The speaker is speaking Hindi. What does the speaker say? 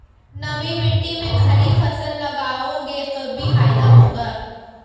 नमी मिट्टी में खरीफ फसल लगाओगे तभी फायदा होगा